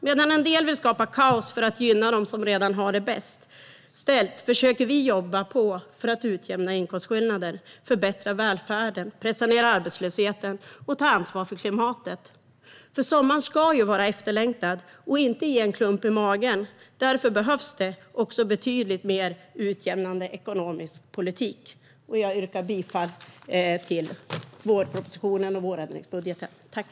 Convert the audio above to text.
Medan en del vill skapa kaos för att gynna dem som redan har det bäst ställt försöker vi jobba på för att utjämna inkomstskillnader, förbättra välfärden, pressa ned arbetslösheten och ta ansvar för klimatet. Sommaren ska vara efterlängtad och inte ge en klump i magen. Därför behövs det också betydligt mer utjämnande ekonomisk politik. Jag yrkar bifall till vårpropositionen och vårändringsbudgeten.